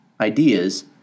ideas